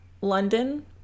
London